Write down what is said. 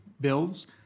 bills